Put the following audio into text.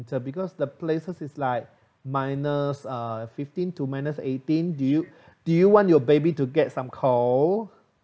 it's because the places is like minus uh fifteen to minus eighteen do do you want your baby to get some cold